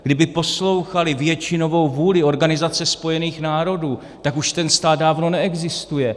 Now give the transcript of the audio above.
Kdyby poslouchali většinovou vůli Organizace spojených národů, tak už ten stát dávno neexistuje.